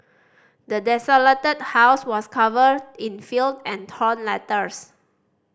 the desolated house was covered in filth and torn letters